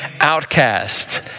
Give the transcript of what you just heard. outcast